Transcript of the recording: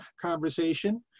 conversation